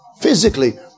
physically